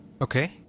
Okay